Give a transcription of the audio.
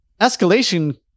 escalation